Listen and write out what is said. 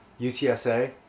UTSA